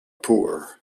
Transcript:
poor